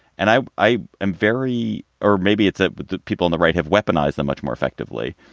and i i am very or maybe it's ah that people in the right have weaponized a much more effectively.